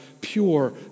pure